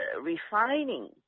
refining